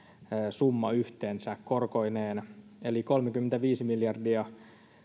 summa yhteensä korkoineen eli kolmekymmentäviisi miljardia